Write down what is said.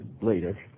later